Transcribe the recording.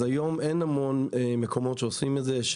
היום אין המון מקומות שעושים את זה,